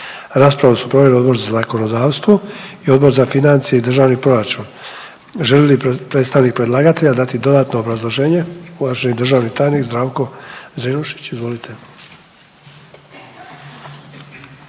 Raspravu su proveli Odbor za zakonodavstvo i Odbor za financije i državni proračun. Želi li predstavnik predlagatelja dati dodatno obrazloženje? Uvaženi državni tajnik Zdravko Zrinušić, izvolite.